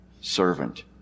servant